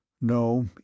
No